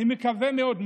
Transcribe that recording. אני מקווה מאוד,